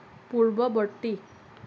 পূৰ্ববৰ্তী